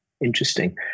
interesting